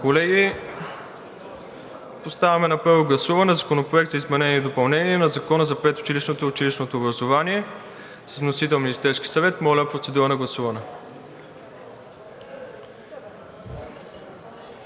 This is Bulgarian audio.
Колеги, поставям на първо гласуване Законопроекта за изменение и допълнение на Закона за предучилищното и училищното образование, вносител – Министерският съвет. Господин Калин